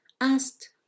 asked